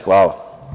Hvala.